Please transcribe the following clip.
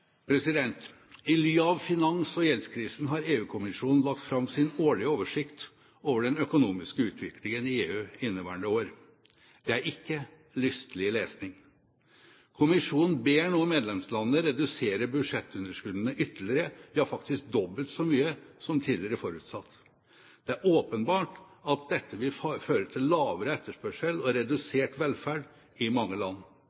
I ly av finans- og gjeldskrisen har EU-kommisjonen lagt fram sin årlige oversikt over den økonomiske utviklingen i EU inneværende år. Det er ikke lystelig lesning. Kommisjonen ber nå medlemslandene redusere budsjettunderskuddene ytterligere, ja faktisk med dobbelt så mye som tidligere forutsatt. Det er åpenbart at dette vil føre til lavere etterspørsel og redusert velferd i mange land.